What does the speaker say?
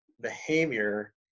behavior